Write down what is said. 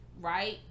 right